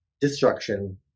destruction